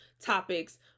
topics